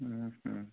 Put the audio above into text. ହଁ ହଁ